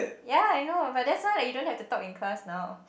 ya I know but that's why you don't have to talk in class now